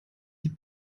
die